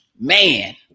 man